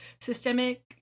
systemic